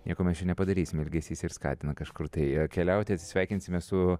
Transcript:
nieko mes čia nepadarysim ilgesys ir skatina kažkur tai keliauti atsisveikinsime su